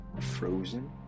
Frozen